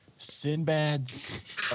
Sinbad's